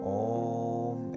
om